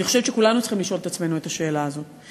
אני חושבת שכולנו צריכים לשאול את עצמנו את השאלה הזו.